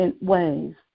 ways